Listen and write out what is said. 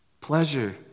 Pleasure